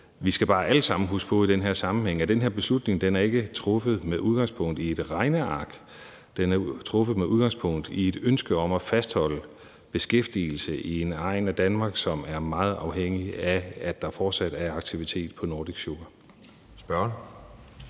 Vi skal bare alle sammen i den her sammenhæng huske på, at den her beslutning ikke er truffet med udgangspunkt i et regneark; den er truffet med udgangspunkt i et ønske om at fastholde beskæftigelse i en egn af Danmark, som er meget afhængig af, at der fortsat er aktivitet på Nordic Sugar.